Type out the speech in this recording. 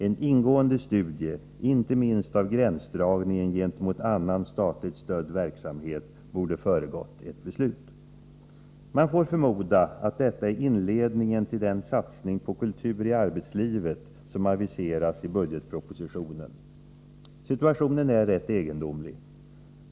En ingående studie, inte minst av gränsdragningen gentemot annan statligt stödd verksamhet, borde ha föregått ett beslut. Man får förmoda att detta är inledningen till den satsning på kultur i arbetslivet som aviseras i budgetpropositionen. Situationen är rätt egendomlig.